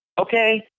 okay